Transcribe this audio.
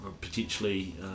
potentially